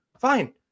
fine